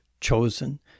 chosen